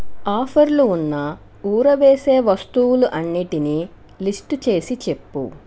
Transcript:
ఆఫర్లు ఉన్న ఊరవేసే వస్తువులు అన్నిటినీ లిస్టు చేసి చెప్పు